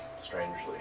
strangely